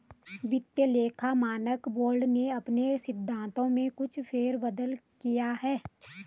वित्तीय लेखा मानक बोर्ड ने अपने सिद्धांतों में कुछ फेर बदल किया है